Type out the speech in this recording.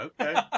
Okay